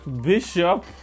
bishop